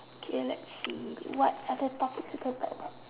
okay let's see what other topics we could talk about